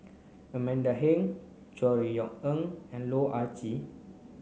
Amanda Heng Chor Yeok Eng and Loh Ah Gee